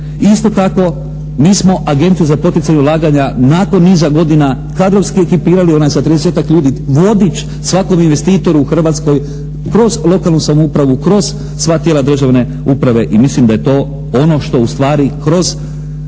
isto tako mi smo Agenciju za poticanje ulaganja nakon niza godina kadrovski ekipirali, ona je sa 30-tak ljudi vodič svakom investitoru u Hrvatskoj kroz lokalnu samoupravu, kroz sva tijela državne uprave i mislim da je to ono što ustvari kroz